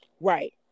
Right